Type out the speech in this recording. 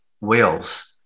Wales